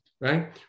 right